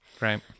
Right